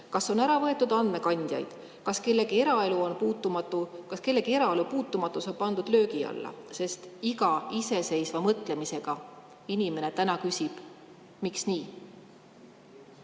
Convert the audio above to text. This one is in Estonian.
Kas on ära võetud andmekandjaid? Kas kellegi eraelu puutumatus on pandud löögi alla, sest iga iseseisva mõtlemisega inimene küsib täna, miks nii?